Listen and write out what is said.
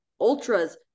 ultras